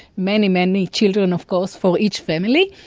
many, many children of course for each family,